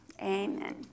amen